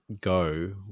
go